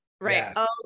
right